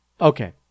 okay